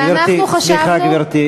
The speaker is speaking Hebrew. אנחנו חשבנו, סליחה, גברתי.